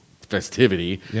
festivity